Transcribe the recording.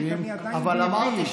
אני עדיין בעברית.